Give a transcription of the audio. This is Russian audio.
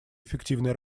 эффективной